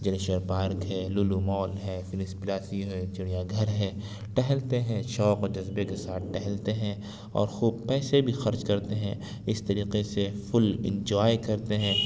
Jaleshwar park ہے Lulu mall ہے Phoenix Palassio ہے چڑیا گھر ہے ٹہلتے ہیں شوق اور جذبے کے ساتھ ٹہلتے ہیں اور خوب پیسے بھی خرچ کرتے ہیں اس طریقے سے فل انجائے کرتے ہیں